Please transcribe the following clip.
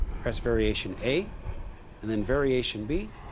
press variation a and then variation b,